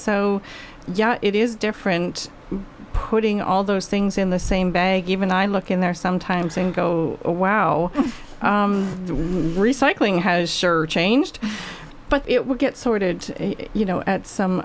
so yes it is different putting all those things in the same bag even i look in there sometimes and go wow recycling has shirt changed but it will get sorted you know at some